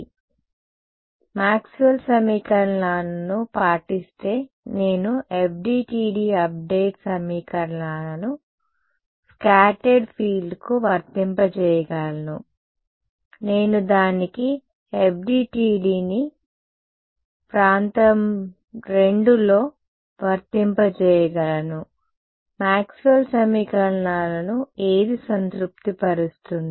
కాబట్టి మాక్స్వెల్ సమీకరణాలను పాటిస్తే నేను FDTD అప్డేట్ సమీకరణాలను స్కాటర్డ్ ఫీల్డ్కు వర్తింపజేయగలను నేను దానికి FDTDని II ప్రాంతంలో వర్తింపజేయగలను మాక్స్వెల్ సమీకరణాలను ఏది సంతృప్తిపరుస్తుంది